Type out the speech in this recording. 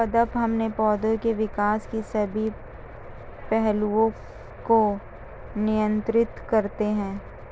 पादप हार्मोन पौधे के विकास के सभी पहलुओं को नियंत्रित करते हैं